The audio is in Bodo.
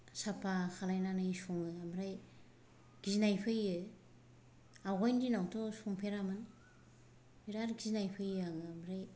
साफा खालायनानै सङो ओमफ्राय गिनाय फैयो आवगायनि दिनावथ' संफेरामोन बिराद गिनाय फैयो आङो ओमफ्राय